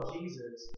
Jesus